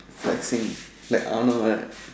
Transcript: like see like I don't know like